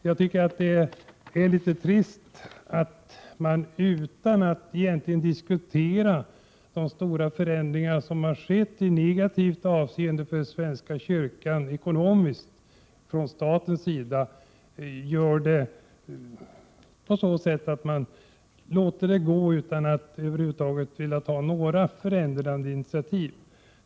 Jag tycker att det är litet trist att man från statens sida utan att egentligen diskutera har vidtagit stora ekonomiska förändringar i negativt avseende för svenska kyrkan. Man låter det hela gå utan att över huvud taget vilja ta några initiativ.